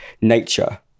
nature